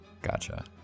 Gotcha